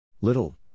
Little